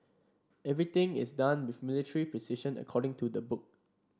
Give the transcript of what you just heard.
everything is done with military precision according to the book